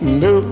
no